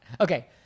Okay